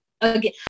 again